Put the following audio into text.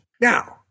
Now